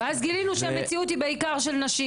ואז גילינו שהמציאות היא בעיקר של נשים,